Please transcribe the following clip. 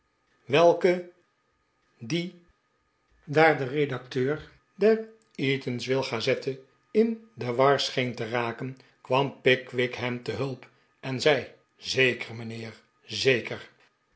welke die daar de redacteur der eatanswill gazette in de war scheen te raken kwam pickwick hem te hulp en zei zeker mijnheer zeker